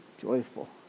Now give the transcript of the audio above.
joyful